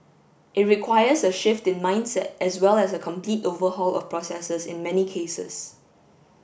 it requires a shift in mindset as well as a complete overhaul of processes in many cases